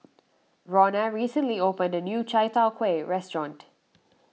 Ronna recently opened a new Chai Tow Kuay restaurant